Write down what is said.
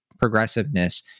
progressiveness